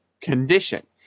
condition